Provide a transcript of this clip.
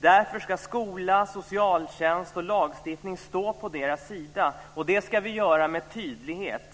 Därför ska skola, socialtjänst och lagstiftning stå på deras sida, och det ska vi göra med tydlighet.